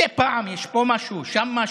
מדי פעם יש פה משהו, שם משהו.